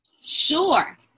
Sure